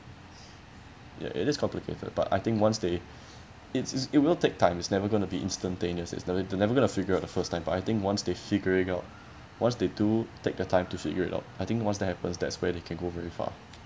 ya it is complicated but I think once they it's it will take time it's never going to be instantaneous it's never they're never going to figure out the first time but I think once they figure it out once they do take the time to figure it out I think once that happens that's where they can go very far